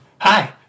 Hi